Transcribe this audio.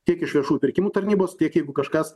tiek iš viešųjų pirkimų tarnybos tiek jeigu kažkas